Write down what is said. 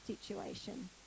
situation